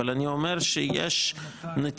אבל אני אומר שיש נטייה.